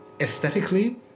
Aesthetically